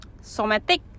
somatic